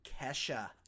Kesha